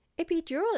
Epidural